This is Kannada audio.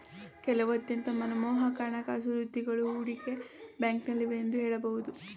ಕೆಲವು ಅತ್ಯಂತ ಮನಮೋಹಕ ಹಣಕಾಸು ವೃತ್ತಿಗಳು ಹೂಡಿಕೆ ಬ್ಯಾಂಕ್ನಲ್ಲಿವೆ ಎಂದು ಹೇಳಬಹುದು